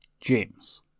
James